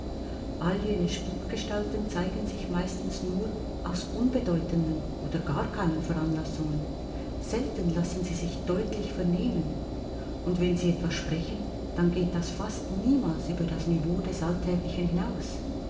all jene spukgestalten zeigen sich meistens nur aus unbedeutenden oder gar keinen veranlassungen selten lassen sie sich deutlich vernehmen und wenn sie etwas sprechen dann geht das fast niemals über das niveau des alltäglichen hinaus